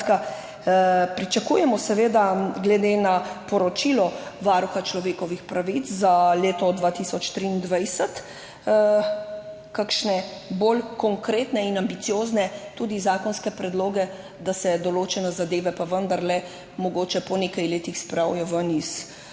sami sebe ščitili. Glede na poročilo Varuha človekovih pravic za leto 2023 pričakujemo kakšne bolj konkretne in ambiciozne tudi zakonske predloge, da se določene zadeve pa vendarle mogoče po nekaj letih spravijo ven iz